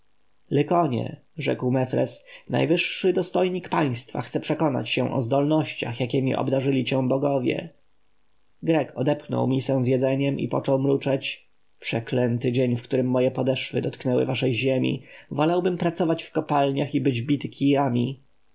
lykonie rzekł mefres najwyższy dostojnik państwa chce przekonać się o zdolnościach jakiemi obdarzyli cię bogowie grek odepchnął misę z jedzeniem i począł mruczeć przeklęty dzień w którym moje podeszwy dotknęły waszej ziemi wolałbym pracować w kopalniach i być bity